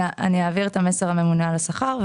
אני אעביר את המסר לממונה על השכר.